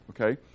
okay